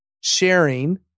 sharing